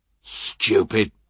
Stupid